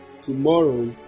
tomorrow